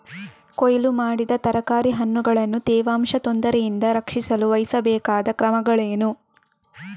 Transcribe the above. ಕೊಯ್ಲು ಮಾಡಿದ ತರಕಾರಿ ಹಣ್ಣುಗಳನ್ನು ತೇವಾಂಶದ ತೊಂದರೆಯಿಂದ ರಕ್ಷಿಸಲು ವಹಿಸಬೇಕಾದ ಕ್ರಮಗಳೇನು?